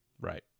right